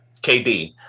KD